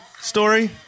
story